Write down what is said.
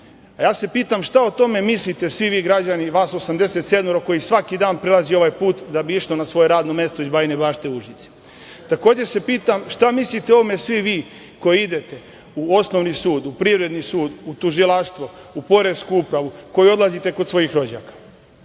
Ja se pitam šta o tome mislite svi vi građani vas 87 koji svaki dan prelazi ovaj put da bi išlo na svoje radno mesto iz Bajine Bašte u Užice. Takođe se pitam šta mislite o ovome svi vi koji idete u Osnovni sud, Privredni sud, u Tužilaštvo, u poresku upravu koji odlazite kod svojih rođaka. Odavde